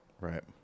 Right